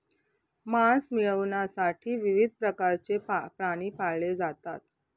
मांस मिळविण्यासाठी विविध प्रकारचे प्राणी पाळले जातात